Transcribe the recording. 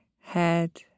head